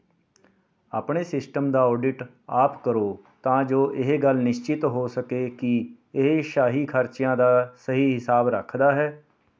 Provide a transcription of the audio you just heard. ਆਪਣੇ ਸਿਸਟਮ ਦਾ ਆਡਿਟ ਆਪ ਕਰੋ ਤਾਂ ਜੋ ਇਹ ਗੱਲ ਨਿਸ਼ਚਿਤ ਹੋ ਸਕੇ ਕਿ ਇਹ ਸ਼ਾਹੀ ਖਰਚਿਆਂ ਦਾ ਸਹੀ ਹਿਸਾਬ ਰੱਖਦਾ ਹੈ